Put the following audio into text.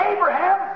Abraham